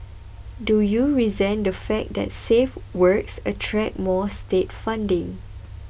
do you resent the fact that safe works attract more state funding